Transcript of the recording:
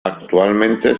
actualmente